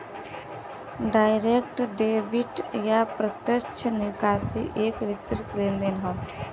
direct debit या प्रत्यक्ष निकासी एक वित्तीय लेनदेन हौ